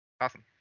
Awesome